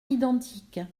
identiques